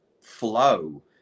flow